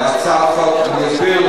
אני אסביר.